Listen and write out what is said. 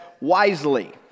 wisely